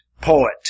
poet